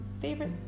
favorite